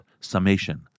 summation